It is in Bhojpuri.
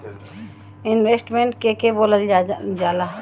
इन्वेस्टमेंट के के बोलल जा ला?